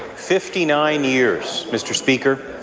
fifty nine years, mr. speaker.